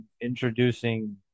introducing